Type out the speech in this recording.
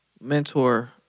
mentor